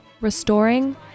restoring